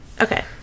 Okay